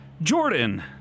Jordan